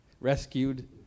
rescued